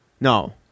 No